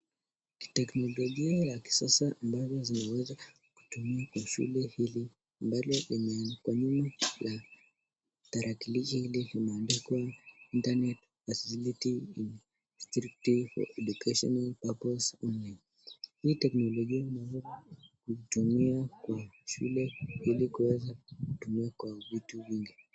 Teknolojia la kisasa ambazo zime weza kutumia kwa shule hili ambalo lime andikw kwa nyuma ya tarakilishi hii ime andikwa Internet facility strictly for education purposes only . Hii teknolojia ime weza kutumia kwa shule hili ili kuweza kutumia kwa vitu vingi.